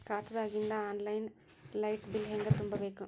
ಖಾತಾದಾಗಿಂದ online light bill ಹೇಂಗ ತುಂಬಾ ಬೇಕು?